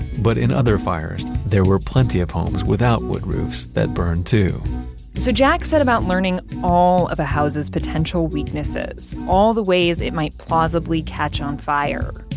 but in other fires, there were plenty of homes without wood roofs that burned too so jack set about learning all of a houses' potential weaknesses all the ways it might plausibly catch on fire.